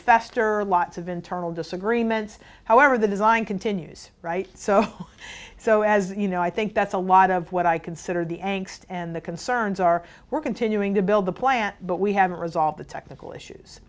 fester lots of internal disagreements however the design continues right so so as you know i think that's a lot of what i consider the nx and the concerns are we're continuing to build the plant but we haven't resolved the technical issues